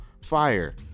fire